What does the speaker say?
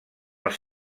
els